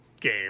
game